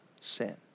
sin